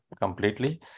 completely